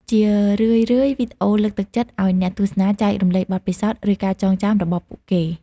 ជារឿយៗវីដេអូលើកទឹកចិត្តឱ្យអ្នកទស្សនាចែករំលែកបទពិសោធន៍ ឬការចងចាំរបស់ពួកគេ។